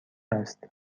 است